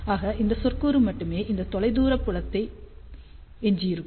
ஆக இந்த சொற்கூறு மட்டுமே இந்த தொலைதூர புலத்துக்கு எஞ்சியிருக்கும்